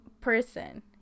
person